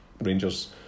Rangers